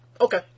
Okay